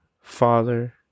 father